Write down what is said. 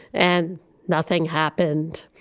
and nothing happened.